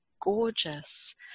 gorgeous